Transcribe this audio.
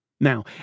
Now